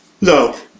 No